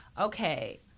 okay